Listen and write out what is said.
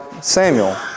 Samuel